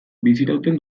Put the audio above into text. bizirauten